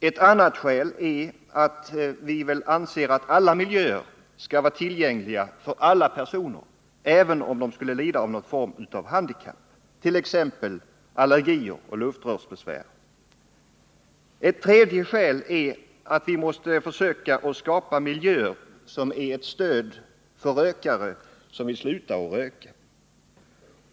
Ett annat skäl är kravet på att alla miljöer skall vara tillgängliga för alla personer, även om de skulle lida av någon form av handikapp, t.ex. allergi eller luftrörsbesvär. Ett tredje skäl är att vi måste försöka skapa miljöer som är ett stöd för rökare som vill sluta att röka.